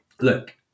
look